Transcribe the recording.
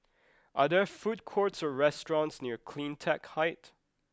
are there food courts or restaurants near Cleantech Height